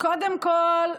קודם כול,